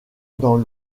dans